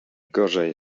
gorzej